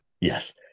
Yes